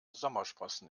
sommersprossen